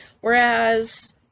whereas